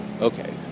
Okay